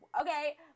okay